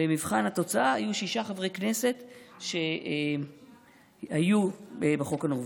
במבחן התוצאה היו שישה חברי כנסת שהיו בחוק הנורבגי.